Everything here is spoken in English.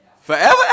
Forever